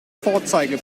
vorzeige